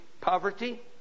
poverty